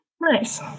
Nice